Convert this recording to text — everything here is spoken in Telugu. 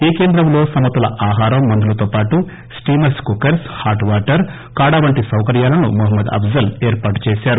ఈ కేంద్రంలో సమతుల ఆహారం మందులతోపాటు స్టీమర్స్ కుక్కర్స్ హాట్ వాటర్ కాడ వంటి సౌకర్యాలను మొహమ్మద్ అప్షల్ ఏర్పాటు చేశారు